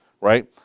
right